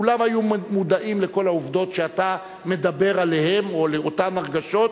כולם היו מודעים לכל העובדות שאתה מדבר עליהן או לאותן הרגשות,